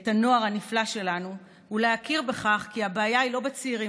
את הנוער הנפלא שלנו ולהכיר בכך כי הבעיה היא לא בצעירים,